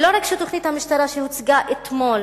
ולא רק שתוכנית המשטרה שהוצגה אתמול